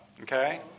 Okay